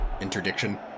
interdiction